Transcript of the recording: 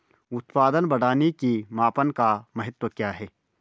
उत्पादन बढ़ाने के मापन का महत्व क्या है?